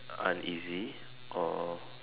uneasy or